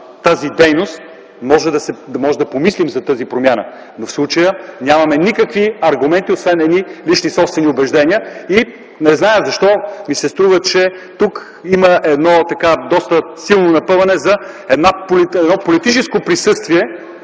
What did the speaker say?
тази дейност, може да помислим за тази промяна. Но в случая нямаме никакви аргументи, освен едни лични, собствени убеждения. Не знам защо, ми се струва, че тук има едно доста силно напъване за политическо присъствие